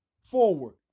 forward